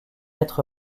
être